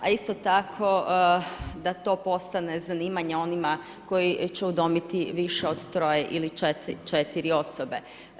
A isto tako da to postane zanimanje onima koji će udomiti više od 3 ili 4 osobe.